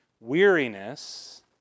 weariness